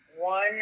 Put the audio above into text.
one